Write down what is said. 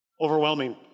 overwhelming